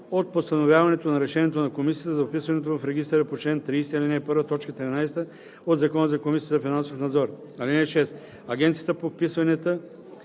от постановяването на решението на комисията за вписването му в регистъра по чл. 30, ал. 1, т. 13 от Закона за Комисията за финансов надзор. (6) Агенцията по вписванията